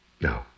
No